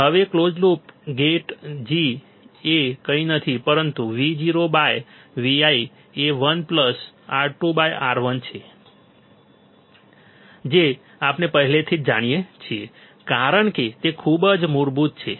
હવે close loop gain G એ કંઇ નથી પરંતુ Vo by Vi એ 1 પ્લસ R2 R1 છે જે આપણે પહેલાથી જ જાણીએ છીએ કારણ કે તે ખૂબ જ મૂળભૂત છે